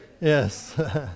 Yes